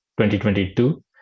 2022